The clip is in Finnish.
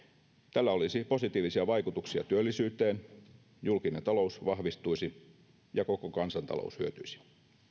tällä olisi positiivisia vaikutuksia työllisyyteen julkinen talous vahvistuisi ja koko kansantalous hyötyisi